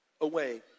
away